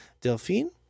Delphine